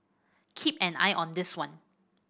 keep an eye on this one